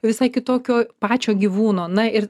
visai kitokio pačio gyvūno na ir